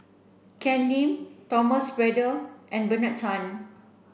Ken Lim Thomas Braddell and Bernard Tan